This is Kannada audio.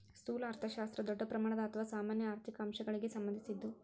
ಸ್ಥೂಲ ಅರ್ಥಶಾಸ್ತ್ರ ದೊಡ್ಡ ಪ್ರಮಾಣದ ಅಥವಾ ಸಾಮಾನ್ಯ ಆರ್ಥಿಕ ಅಂಶಗಳಿಗ ಸಂಬಂಧಿಸಿದ್ದು